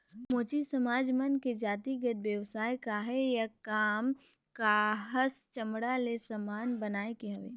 मोची समाज मन के जातिगत बेवसाय काहय या काम काहस चमड़ा ले समान बनाए के हवे